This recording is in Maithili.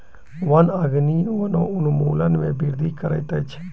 वन अग्नि वनोन्मूलन में वृद्धि करैत अछि